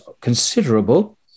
considerable